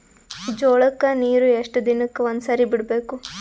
ಜೋಳ ಕ್ಕನೀರು ಎಷ್ಟ್ ದಿನಕ್ಕ ಒಂದ್ಸರಿ ಬಿಡಬೇಕು?